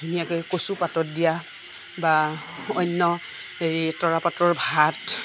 ধুনীয়াকৈ কচু পাতত দিয়া বা অন্য এই তৰাপতৰ ভাত